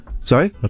Sorry